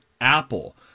Apple